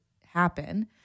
happen